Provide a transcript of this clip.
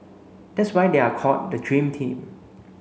that's why they are called the dream team